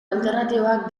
alternatiboak